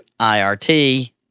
IRT